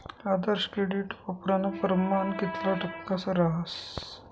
आदर्श credit वापरानं परमाण कितला टक्का रहास